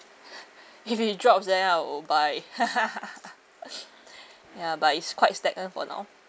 if it drops then I will buy ya but it's quite stagnant for now